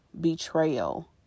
betrayal